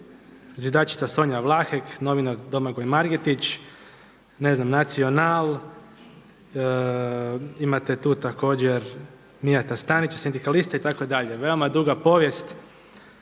zviždačica Sonja Vlahek, novinar Domagoj Margetić, ne znam Nacional, imate tu također Mijata Stanića sindikaliste itd. veoma duga povijest